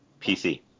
pc